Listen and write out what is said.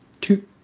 two